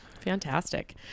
Fantastic